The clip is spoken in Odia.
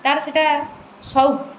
ତାର ସେଇଟା ସଉକ